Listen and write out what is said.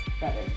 better